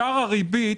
שער הריבית